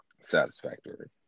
satisfactory